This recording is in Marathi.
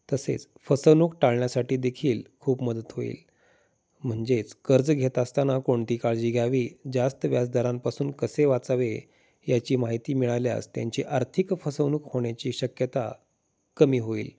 तसेच फसवणूक टाळण्यासाठी देखील खूप मदत होईल म्हणजेच कर्ज घेत असताना कोणती काळजी घ्यावी जास्त व्याज दरांपासून कसे वाचावे याची माहिती मिळाल्यास त्यांची आर्थिक फसवणूक होण्याची शक्यता कमी होईल